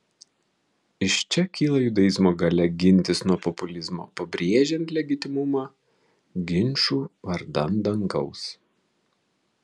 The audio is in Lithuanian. iš čia kyla judaizmo galia gintis nuo populizmo pabrėžiant legitimumą ginčų vardan dangaus